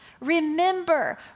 Remember